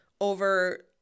over